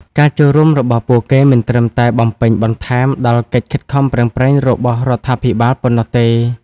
ការចូលរួមរបស់ពួកគេមិនត្រឹមតែបំពេញបន្ថែមដល់កិច្ចខិតខំប្រឹងប្រែងរបស់រដ្ឋាភិបាលប៉ុណ្ណោះទេ។